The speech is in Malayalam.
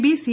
B C